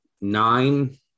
nine